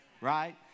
right